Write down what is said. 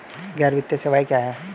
गैर वित्तीय सेवाएं क्या हैं?